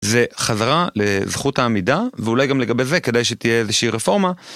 זה חזרה לזכות העמידה ואולי גם לגבי זה כדאי שתהיה איזושהי רפורמה.